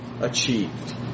achieved